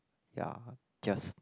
ya just